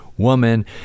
woman